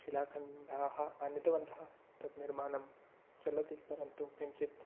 शिलाखण्डाः आनीतवन्तः तत् निर्माणं चलति परन्तु किञ्चित्